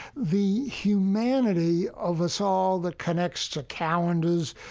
the humanity of us all that connects to calendars,